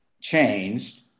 changed